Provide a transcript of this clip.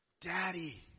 Daddy